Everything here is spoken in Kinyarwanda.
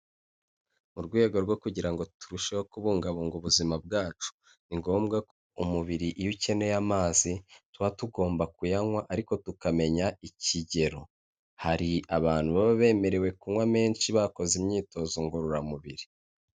Mu rwego rwo kugira ngo turusheho kubungabunga ubuzima bwacu, ni ngombwa ko umubiri iyo ukeneye amazi tuba tugomba kuyanywa ariko tukamenya ikigero, hari abantu baba bemerewe kunywa menshi bakoze imyitozo ngororamubiri.